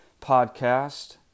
podcast